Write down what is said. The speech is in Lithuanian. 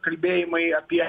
kalbėjimai apie